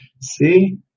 See